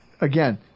Again